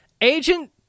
Agent